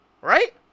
Right